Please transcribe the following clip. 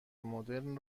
مدرن